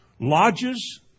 lodges